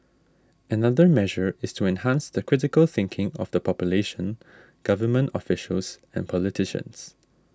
another measure is to enhance the critical thinking of the population government officials and politicians